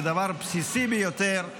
לדבר בסיסי ביותר,